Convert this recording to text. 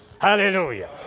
hallelujah